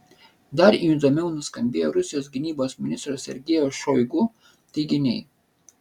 dar įdomiau nuskambėjo rusijos gynybos ministro sergejaus šoigu teiginiai